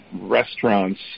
restaurants